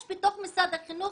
יש בתוך משרד החינוך